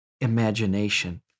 imagination